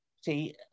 see